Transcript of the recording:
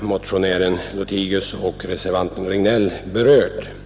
Motionären Lothigius och reservanten Regnéll har här berört detta.